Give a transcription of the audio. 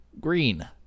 green